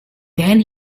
then